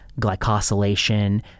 glycosylation